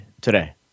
today